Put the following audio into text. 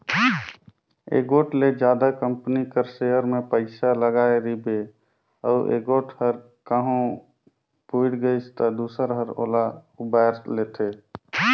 एगोट ले जादा कंपनी कर सेयर में पइसा लगाय रिबे अउ एगोट हर कहों बुइड़ गइस ता दूसर हर ओला उबाएर लेथे